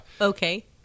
Okay